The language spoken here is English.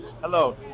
Hello